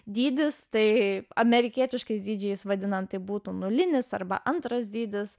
dydis tai amerikietiškais dydžiais vadinant būtų nulinis arba antras dydis